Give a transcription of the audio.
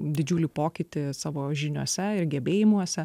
didžiulį pokytį savo žiniose ir gebėjimuose